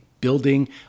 building